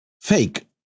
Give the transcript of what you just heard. fake